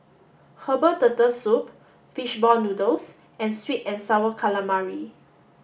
herbal turtle soup fish ball noodles and sweet and sour calamari